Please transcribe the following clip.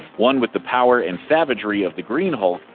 one with the power and savagery of the green hulk,